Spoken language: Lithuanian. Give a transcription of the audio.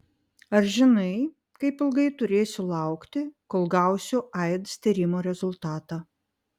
ar žinai kaip ilgai turėsiu laukti kol gausiu aids tyrimo rezultatą